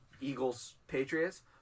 Eagles-Patriots